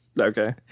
Okay